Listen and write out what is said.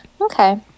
Okay